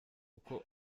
uko